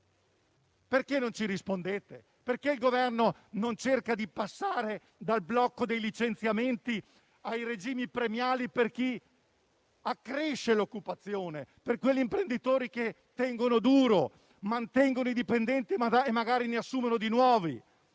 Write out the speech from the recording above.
perché non ci rispondete? Perché il Governo non cerca di passare dal blocco dei licenziamenti ai regimi premiali per chi accresce l'occupazione, per quegli imprenditori che tengono duro, mantengono i dipendenti e magari ne assumono di nuovi?